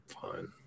Fine